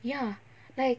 ya like